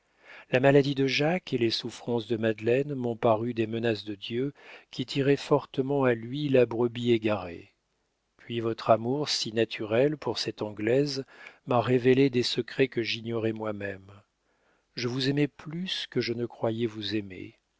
la maladie de jacques et les souffrances de madeleine m'ont paru des menaces de dieu qui tirait fortement à lui la brebis égarée puis votre amour si naturel pour cette anglaise m'a révélé des secrets que j'ignorais moi-même je vous aimais plus que je ne croyais vous aimer